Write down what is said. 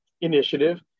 initiative